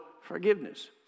forgiveness